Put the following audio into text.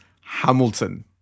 Hamilton